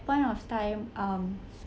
point of time um